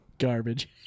garbage